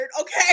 okay